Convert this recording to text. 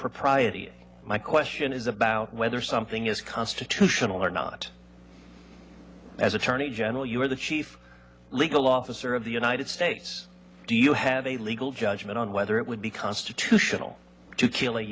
propriety my question is about whether something is constitutional or not as attorney general you are the chief legal officer of the united states do you have a legal judgment on whether it would be constitutional to kill a